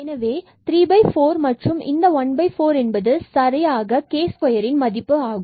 எனவே 34 and this 14 என்பது சரியாக k2 இதன் மதிப்பு ஆகும்